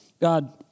God